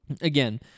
again